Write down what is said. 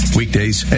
weekdays